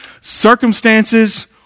circumstances